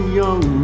young